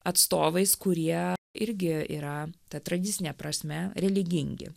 atstovais kurie irgi yra ta tradicine prasme religingi